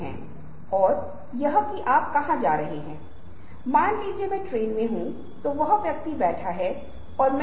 यहाँ सिमुलैक्रम का एक उदाहरण है बिल्कुल जीवन जैसा एक छवि जो किसी भी तस्वीर की तुलना में अधिक वास्तविक दिखती है जो संभव है